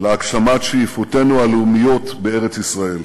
להגשמת שאיפותינו הלאומיות בארץ-ישראל.